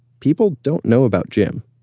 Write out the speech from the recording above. people don't know about jim.